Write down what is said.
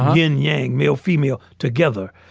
yin yang male-female together.